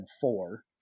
four